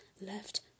left